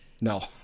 No